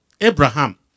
Abraham